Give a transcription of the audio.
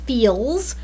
Feels